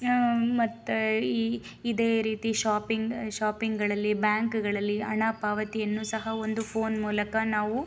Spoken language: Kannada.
ಮತ್ತೆ ಈ ಇದೇ ರೀತಿ ಶಾಪಿಂಗ್ ಶಾಪಿಂಗಳಲ್ಲಿ ಬ್ಯಾಂಕ್ಗಳಲ್ಲಿ ಹಣ ಪಾವತಿಯನ್ನು ಸಹ ಒಂದು ಫೋನ್ ಮೂಲಕ ನಾವು